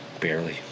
Barely